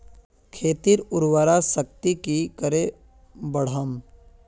खेतीर उर्वरा शक्ति की करे बढ़ाम?